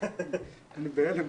אני בהלם.